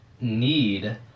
need